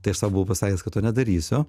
tai aš sau buvau pasakęs kad to nedarysiu